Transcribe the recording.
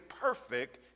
perfect